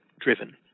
driven